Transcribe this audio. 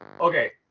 okay